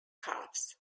cuffs